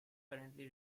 currently